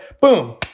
boom